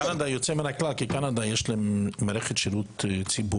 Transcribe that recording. קנדה יוצאת מן הכלל כי לקנדה יש מערכת שירות ציבורית.